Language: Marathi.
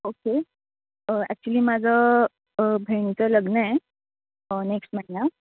ओके ॲक्च्युली माझं बहिणीचं लग्न आहे नेक्स्ट महिना